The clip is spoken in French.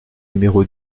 numéro